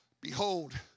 Behold